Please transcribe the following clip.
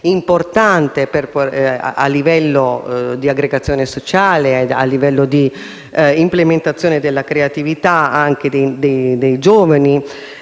importante a livello di aggregazione sociale e di implementazione della creatività dei giovani,